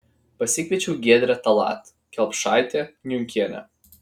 pasikviečiau giedrę tallat kelpšaitę niunkienę